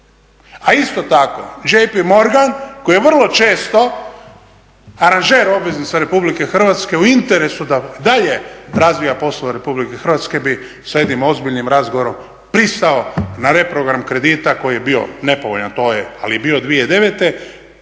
A isto tako J.P.Morgan koji je vrlo često aranžer obveznica RH u interesu da dalje razvija poslove RH bi sa jednim ozbiljnim razgovorom pristao na reprogram kredita koji je bio nepovoljan, ali je bio 2009.,